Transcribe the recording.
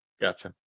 Gotcha